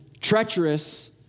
treacherous